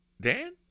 Dan